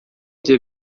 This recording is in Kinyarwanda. bye